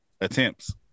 attempts